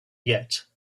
yet